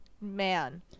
man